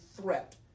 threat